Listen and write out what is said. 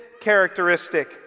characteristic